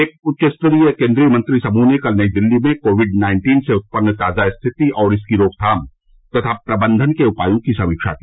एक उच्च स्तरीय केन्द्रीय मंत्री समूह ने कल नई दिल्ली में कोविड नाइन्टीन से उत्पन्न ताजा स्थिति और इसकी रोकथाम तथा प्रबंधन के उपायों की समीक्षा की